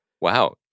Wow